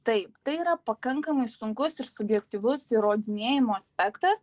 taip tai yra pakankamai sunkus ir subjektyvus įrodinėjimo aspektas